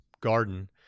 garden